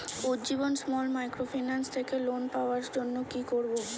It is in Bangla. উজ্জীবন স্মল মাইক্রোফিন্যান্স থেকে লোন পাওয়ার জন্য কি করব?